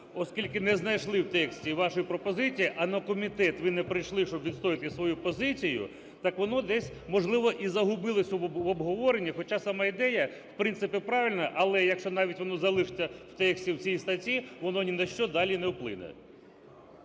оскільки не знайшли в тексті вашої пропозиції, а на комітет ви не прийшли, щоб відстояти свою позицію, так воно десь можливо і загубилося в обговоренні, хоча сама ідея в принципі правильна, але якщо навіть воно залишиться в тексті в цій статті, воно ні на що далі не вплине.